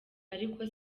ariko